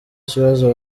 kibazo